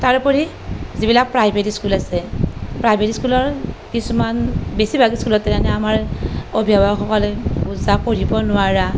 তাৰোপৰি যিবিলাক private school আছে প্ৰাইভেট স্কুলৰ কিছুমান বেছিভাগ স্কুলতে যেনেকৈ আমাৰ অভিভাৱকসকলে বোজা কঢ়িয়াব নোৱাৰা